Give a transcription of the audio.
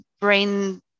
brain